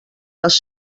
les